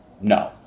No